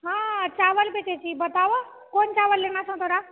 हँ चावल बेचै छी बतावऽ कोन चावल लेनो छो तोरा